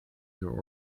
your